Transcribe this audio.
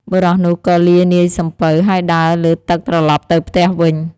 បុរសនោះក៏លានាយសំពៅ ហើយដើរលើទឹកត្រឡប់ទៅផ្ទះវិញ។